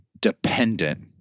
dependent